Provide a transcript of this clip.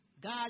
God